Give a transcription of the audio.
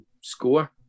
score